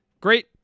Great